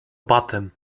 batem